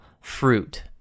fruit